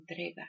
Entrega